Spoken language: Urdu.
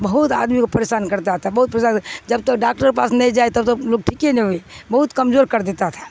بہت آدمی کو پریشان کرتا تھا بہت پریشان جب تو ڈاکٹر کے پاس نہیں جائے تب تک لوگ ٹھیکے نہیں ہوئے بہت کمزور کر دیتا تھا